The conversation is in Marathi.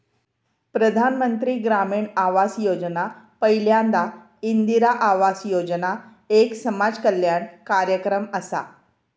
प्रधानमंत्री ग्रामीण आवास योजना पयल्यांदा इंदिरा आवास योजना एक समाज कल्याण कार्यक्रम असा